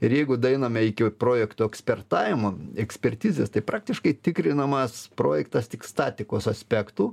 ir jeigu daeiname iki projekto ekspertavimo ekspertizės tai praktiškai tikrinamas projektas tik statikos aspektu